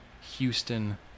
Houston